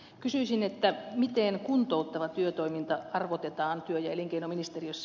kysyisin miten kuntouttava työtoiminta arvotetaan työ ja elinkeinoministeriössä